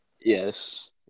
Yes